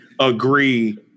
agree